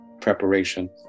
preparation